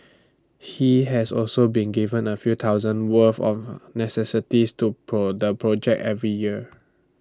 he has also been giving A few thousand worth of necessities to the project every year